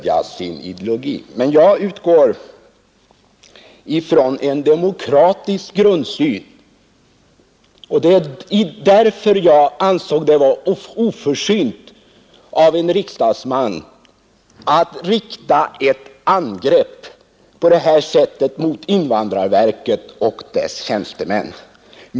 Jag utgår från en demokratisk grundsyn, och jag ansåg det därför vara oförsynt av en riksdagsman att på detta sätt rikta ett angrepp mot invandrarverket och dess tjänstemän.